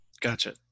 Gotcha